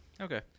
Okay